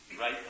right